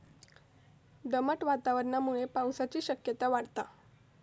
दमट वातावरणामुळे पावसाची शक्यता वाढता